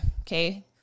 okay